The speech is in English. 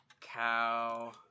cow